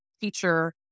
teacher